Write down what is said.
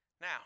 Now